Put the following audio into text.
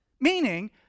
Meaning